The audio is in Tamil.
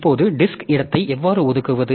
இப்போது டிஸ்க் இடத்தை எவ்வாறு ஒதுக்குவது